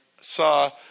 saw